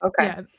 Okay